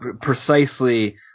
precisely